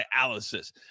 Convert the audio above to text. dialysis